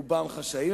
רובם חשאיים,